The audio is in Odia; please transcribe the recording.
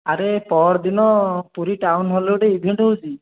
ଆରେ ପରଦିନ ପୁରୀ ଟାଉନ୍ ହଲରେ ଗୋଟେ ଇଭେଣ୍ଟ୍ ହେଉଛି